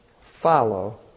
follow